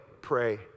pray